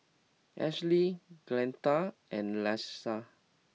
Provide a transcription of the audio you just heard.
Ashleigh Glenda and Leesa